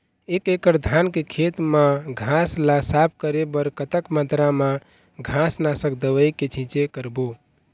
एक एकड़ धान के खेत मा घास ला साफ करे बर कतक मात्रा मा घास नासक दवई के छींचे करबो?